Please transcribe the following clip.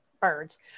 birds